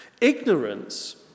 Ignorance